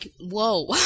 Whoa